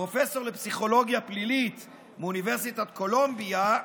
פרופסור לפסיכולוגיה פלילית מאוניברסיטת קולומביה,